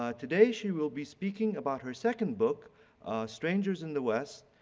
ah today she will be speaking about her second book strangers in the west.